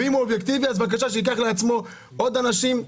אם הוא אובייקטיבי אז בבקשה שייקח לעצמו עוד אנשים,